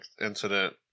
incident